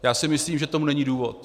Já si myslím, že k tomu není důvod.